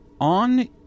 On